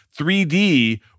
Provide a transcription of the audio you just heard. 3D